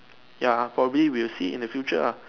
ya probably we will see it in the future lah